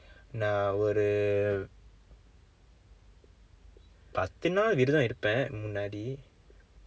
நான் ஒரு பத்து நாள் விரதம் இருப்பன் முன்னாடி:naan oru paththu naal viratham iruppan munnaadi